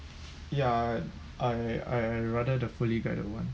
ya I I rather the fully guided one